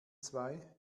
zwei